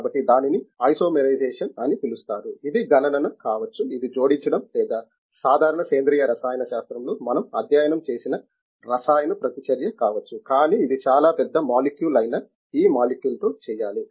కాబట్టి దీనిని ఐసోమైరైజేషన్ అని పిలుస్తారు ఇది గణన కావచ్చు ఇది జోడించడం లేదా సాధారణ సేంద్రియ రసాయన శాస్త్రంలో మనం అధ్యయనం చేసిన రసాయన ప్రతిచర్య కావచ్చు కానీ ఇది చాలా పెద్ద మాలిక్యూల్ అయిన ఈ మాలిక్యూల్ తో చేయాలి